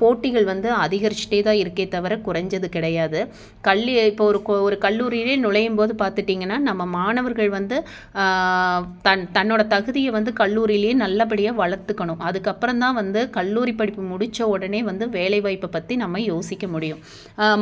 போட்டிகள் வந்து அதிகரிச்சுட்டே தான் இருக்கே தவிர குறைஞ்சது கிடையாது கல்லி இப்போ ஒரு கு ஒரு கல்லூரிலேயே நுழையும் போது பார்த்திட்டிங்கனா நம்ம மாணவர்கள் வந்து தன் தன்னோடய தகுதியை வந்து கல்லூரிலேயே நல்லபடியாக வளர்த்துக்கணும் அதுக்கப்புறம் தான் வந்து கல்லூரி படிப்பு முடித்த உடனே வந்து வேலைவாய்ப்பை பற்றி நம்ம யோசிக்க முடியும்